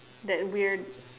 that we're